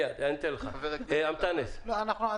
אנטאנס שחאדה, בבקשה.